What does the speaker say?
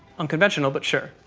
unconventional, but sure.